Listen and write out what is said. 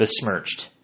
besmirched